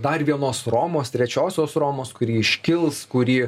dar vienos romos trečiosios romos kuri iškils kuri